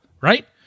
right